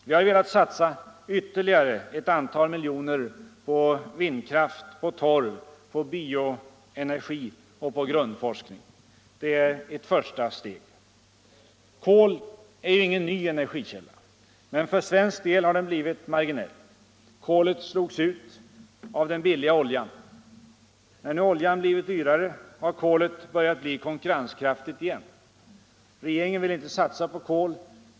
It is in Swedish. Vi har velat satsa ytterligare ett antal miljoner på vindkraft, på torv, på bioenergi och på grundforskning. Det är ett första steg. Kol är ingen ny energikälla. Men för svensk del har den blivit marginell. Kolet slogs ut av den billiga oljan. Men när nu oljan blivit dyrare har kolet börjat bli konkurrenskraftigt igen. Regeringen vill inte satsa på kol.